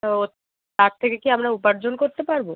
ও তার থেকে কি আমরা উপার্জন করতে পারবো